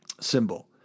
symbol